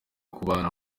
kubana